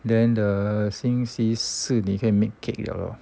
then the 星期四你可以 make cake liao lor